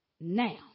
now